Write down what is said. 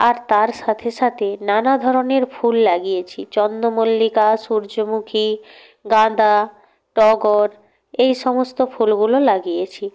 আর তার সাথে সাথে নানা ধরনের ফুল লাগিয়েছি চন্দ্রমল্লিকা সূর্যমুখী গাঁদা টগর এই সমস্ত ফুলগুলো লাগিয়েছি